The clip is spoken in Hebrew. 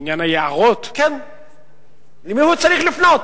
למי הוא צריך לפנות?